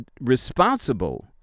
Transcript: responsible